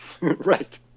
Right